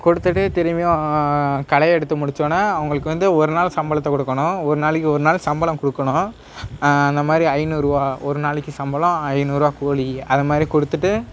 கொடுத்துட்டு திரும்பியும் களையை எடுத்து முடித்தோன்ன அவங்களுக்கு வந்து ஒருநாள் சம்பளத்தை கொடுக்கணும் ஒருநாளைக்கு ஒருநாள் சம்பளம் கொடுக்கணும் அந்த மாதிரி ஐநூறுருவா ஒருநாளைக்கு சம்பளம் ஐநூறுருவா கூலி அதை மாதிரி கொடுத்துட்டு